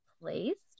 placed